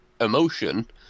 emotion